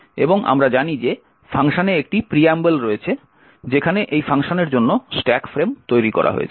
এবং আমরা জানি যে ফাংশনে একটি Preamble রয়েছে যেখানে এই ফাংশনের জন্য স্ট্যাক ফ্রেম তৈরি করা হয়েছে